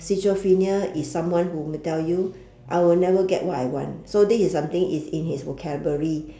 schizophrenia is someone who will tell you I will never get what I want so this is something is in his vocabulary